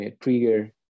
trigger